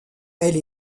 elle